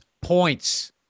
points